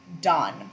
done